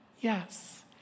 yes